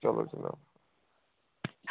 چلو جِناب